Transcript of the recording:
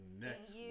Next